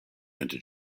into